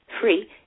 free